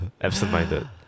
absent-minded